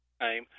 time